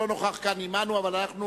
שלא נוכח כאן עמנו, תהיה אחרי הדיונים.